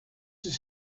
was